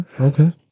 Okay